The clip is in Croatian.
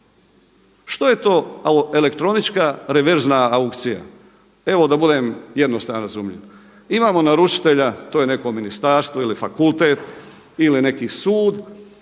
Što je to elektronička reverzna aukcija? Evo da budem jednostavan i razumljiv imamo naručitelja to je neko ministarstvo ili fakultet ili neki sud